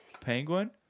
Penguin